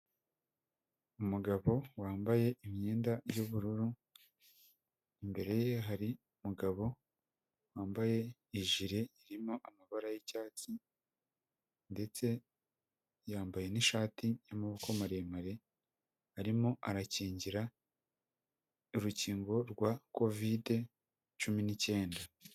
Umugabo wambaye imyenda y'ubururu, imbere ye hari umugabo wambaye ijire irimo amabara y'icyatsi ndetse yambaye n'ishati y'amaboko maremare, arimo arakingira urukingo rwa kovide cumi n'icyenda.